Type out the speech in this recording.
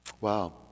wow